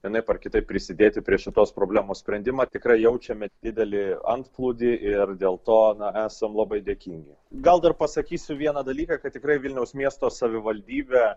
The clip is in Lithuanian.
vienaip ar kitaip prisidėti prie šitos problemos sprendimą tikrai jaučiame didelį antplūdį ir dėl to na esam labai dėkingi gal dar pasakysiu vieną dalyką kad tikrai vilniaus miesto savivaldybė